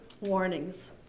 warnings